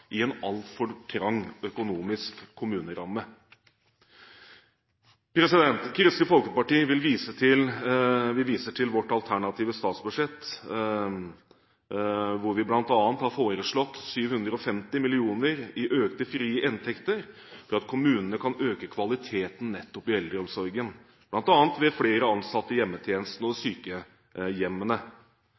i en altfor trang økonomisk kommuneramme? Kristelig Folkeparti vil vise til sitt alternative statsbudsjett, hvor vi bl.a. har foreslått 750 mill. kr i økte frie inntekter for at kommunene kan øke kvaliteten nettopp i eldreomsorgen, bl.a. ved flere ansatte i hjemmetjenesten og på sykehjemmene.